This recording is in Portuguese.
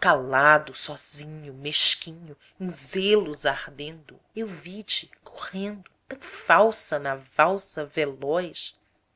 calado sozinho mesquinho em zelos ardendo eu vi-te correndo tão falsa na valsa veloz